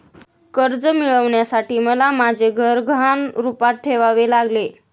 कर्ज मिळवण्यासाठी मला माझे घर गहाण रूपात ठेवावे लागले